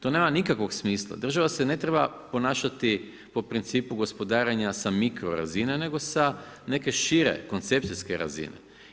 To nema nikakvog smisla, država se ne treba ponašati po principu gospodarenja mikrorazine nego sa neke šire koncepcijske razine.